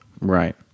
Right